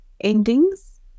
endings